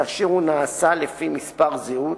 כאשר הוא נעשה לפי מספר זהות,